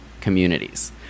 communities